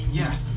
yes